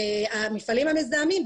המפעלים המזהמים,